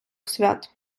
свят